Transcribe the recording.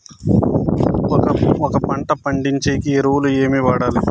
ఒక పంట పండించేకి ఎరువులు ఏవి వాడాలి?